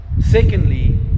Secondly